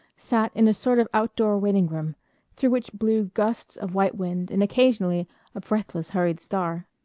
sat in a sort of outdoor waiting room through which blew gusts of white wind and occasionally a breathless hurried star.